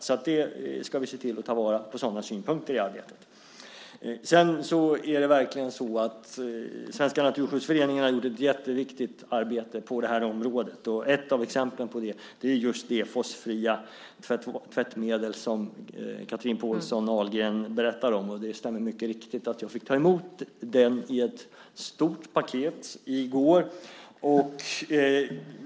Vi ska se till att ta vara på sådana synpunkter i arbetet. Det är verkligen så att Svenska Naturskyddsföreningen har gjort ett jätteviktigt arbete på det här området. Ett av exemplen på det är just det fosfatfria tvättmedel som Chatrine Pålsson Ahlgren berättar om. Det stämmer att jag fick ta emot det i ett stort paket i går.